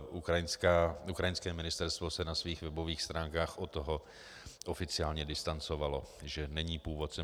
Ukrajinské ministerstvo se na svých webových stránkách od toho oficiálně distancovalo, že není původcem.